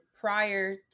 prior